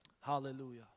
Hallelujah